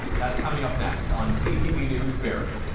that's coming up next on ctv news barrie.